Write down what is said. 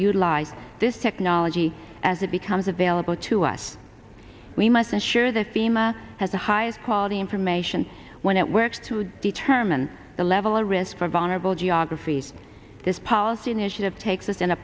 utilize this technology as it becomes available to us we must ensure the fema has the highest quality information when it works to determine the level of risk for vulnerable geographies this policy initiative takes us in a